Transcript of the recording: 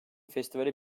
festivale